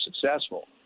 successful